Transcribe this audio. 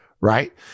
right